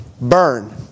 burn